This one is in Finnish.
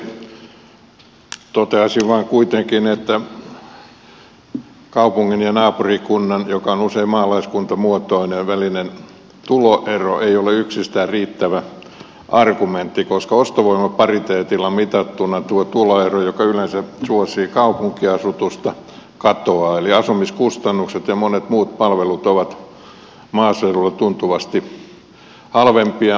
toteaisin vain kuitenkin että kaupungin ja naapurikunnan joka on usein maalaiskuntamuotoinen välinen tuloero ei ole yksistään riittävä argumentti koska ostovoimapariteetilla mitattuna tuo tuloero joka yleensä suosii kaupunkiasutusta katoaa eli asumiskustannukset ja monet muut palvelut ovat maaseudulla tuntuvasti halvempia